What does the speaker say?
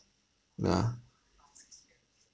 nah